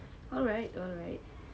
alright alright